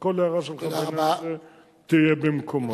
כל הערה שלך בעניין הזה תהיה במקומה.